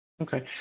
Okay